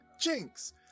Jinx